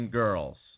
girls